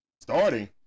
Starting